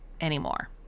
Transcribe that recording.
anymore